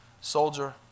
soldier